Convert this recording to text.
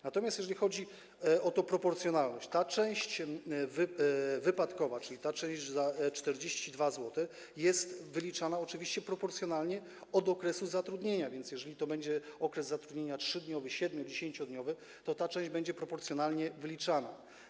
Natomiast jeżeli chodzi o tę proporcjonalność, ta część wypadkowa, czyli ta część 42 zł, jest wyliczana oczywiście proporcjonalnie od okresu zatrudnienia, więc jeżeli to będzie okres zatrudnienia 3-, 7-, 10-dniowy, to ta część będzie proporcjonalnie wyliczana.